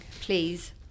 please